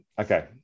Okay